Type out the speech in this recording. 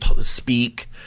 speak